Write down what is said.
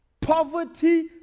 Poverty